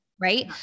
Right